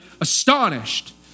astonished